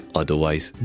otherwise